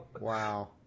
Wow